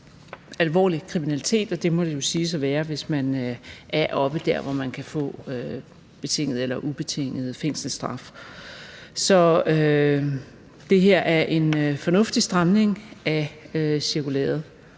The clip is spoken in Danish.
alvorlig kriminalitet, og det må det jo siges at være, hvis man er deroppe, hvor man kan få betinget eller ubetinget fængselsstraf. Så det her er en fornuftig stramning af cirkulæret.